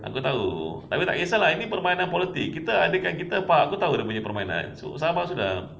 aku tahu aku tak kisah lah ini permainan politik kita adakan kita faham aku tahu dia punya permainan so sabar sudah